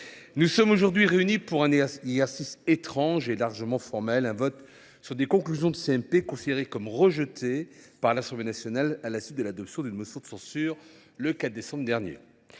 nous sommes réunis pour un exercice étrange et largement formel : voter les conclusions d’une CMP considérées comme rejetées par les députés à la suite de l’adoption d’une motion de censure, le 4 décembre dernier.